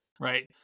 Right